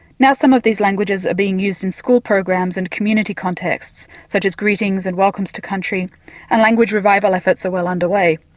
now some of these languages are being used in school programs and community contexts such as greetings and welcomes to country and language revival efforts are well underway.